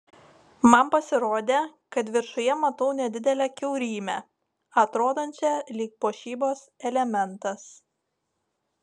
man pasirodė kad viršuje matau nedidelę kiaurymę atrodančią lyg puošybos elementas